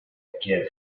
kiev